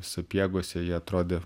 sapiegose jie atrodė